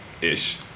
ish